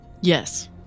Yes